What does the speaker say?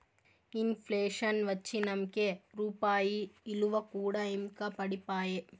in ప్లేషన్ వచ్చినంకే రూపాయి ఇలువ కూడా ఇంకా పడిపాయే